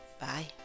Bye